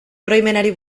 oroimenari